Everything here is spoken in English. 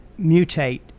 mutate